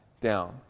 down